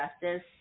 justice